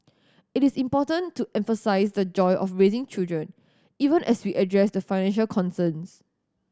it is important to emphasise the joy of raising children even as we address the financial concerns